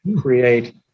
create